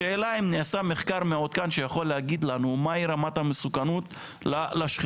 השאלה אם נעשה מחקר מעודכן שיכול להגיד לנו מהי רמת המסוכנות לשכנים?